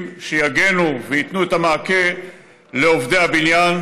שיגנו וייתנו את המעקה לעובדי הבניין,